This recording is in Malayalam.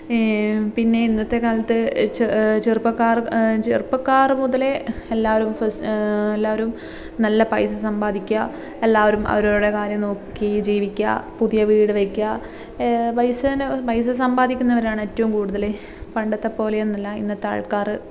പിന്നെ ഇന്നത്തെ കാലത്ത് ചെറു ചെറുപ്പക്കാർ ചെറുപ്പക്കാർ മുതലേ എല്ലാവരും എല്ലാവരും നല്ല പൈസ സമ്പാദിക്കുക എല്ലാവരും അവരവരുടെ കാര്യം നോക്കി ജീവിക്കുക പുതിയ വീട് വെയ്ക്കുക പൈസേനെ പൈസ സമ്പാദിക്കുന്നവരാണ് ഏറ്റവും കൂടുതൽ പണ്ടത്തെ പോലെയൊന്നുമല്ല ഇന്നത്തെ ആൾക്കാർ